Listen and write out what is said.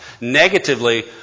Negatively